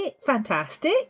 fantastic